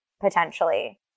potentially